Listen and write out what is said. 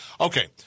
Okay